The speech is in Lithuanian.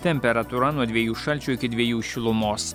temperatūra nuo dviejų šalčio iki dviejų šilumos